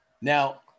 Now